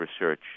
research